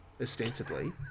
ostensibly